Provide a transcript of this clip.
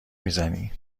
میزنی